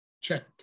check